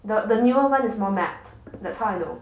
the the newer one is more matte that's how I know